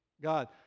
God